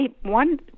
one